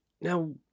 now